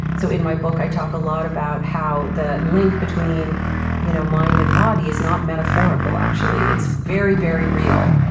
so in my book i talk a lot about how the link between you know mind and body is not metaphorical actually, it's very, very real.